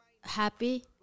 happy